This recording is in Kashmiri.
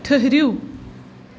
ٹھٔہرِو